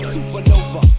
Supernova